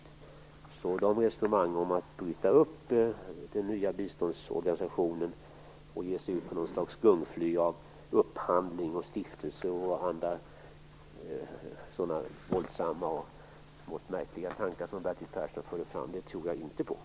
Så jag tror inte på resonemanget om att bryta upp den nya biståndsorganisationen och ge sig ut på något slags gungfly av upphandling och stiftelser, och jag tror inte på några av de andra våldsamma och smått märkliga tankar som Bertil Persson förde fram.